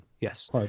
Yes